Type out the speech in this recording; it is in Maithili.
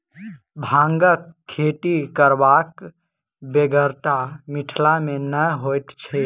भांगक खेती करबाक बेगरता मिथिला मे नै होइत अछि